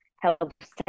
helps